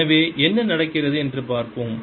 எனவே என்ன நடக்கிறது என்று பார்ப்போம்